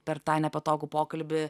per tą nepatogų pokalbį